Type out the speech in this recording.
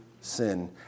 sin